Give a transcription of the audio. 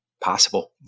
Possible